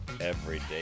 everyday